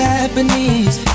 Japanese